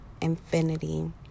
infinity